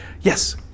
Yes